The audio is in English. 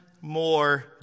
more